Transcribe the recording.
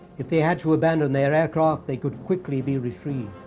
if they had to abandon their aircraft they could quickly be retrieved.